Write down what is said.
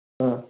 ହଁ